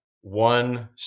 One